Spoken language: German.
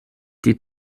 die